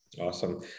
Awesome